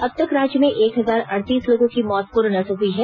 अब तक राज्य में एक हजार अड़तीस लोगों की मौत कोरोना से हई है